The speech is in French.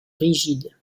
rigides